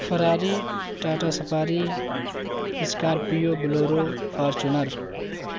Ferrari Tata safari scorpio bolero Fortuner